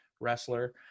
wrestler